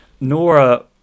Nora